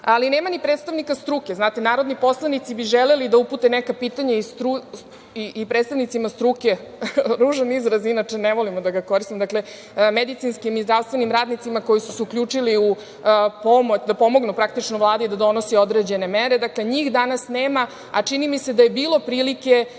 ali nema ni predstavnika struke. Znate, narodni poslanici bi želeli da upute neka pitanja i predstavnicima struke. Ružan izraz, inače ne volim da ga koristim, dakle - medicinskim i zdravstvenim radnicima koji su se uključili da pomognu, praktično, Vladi da donosi određene mere. Dakle, njih danas nema, a čini mi se da je bilo prilike